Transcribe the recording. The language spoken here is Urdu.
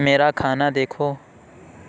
میرا کھانا دیکھو